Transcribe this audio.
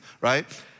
right